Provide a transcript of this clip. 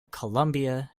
colombia